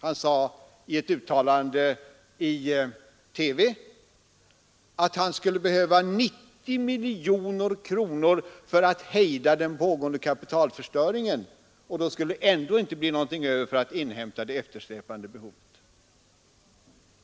Han sade i ett uttalande i TV, att han skulle behöva 90 miljoner kronor för att hejda den pågående kapitalförstöringen, och då skulle det ändå inte bli något över för att inhämta det eftersläpande behovet.